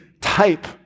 type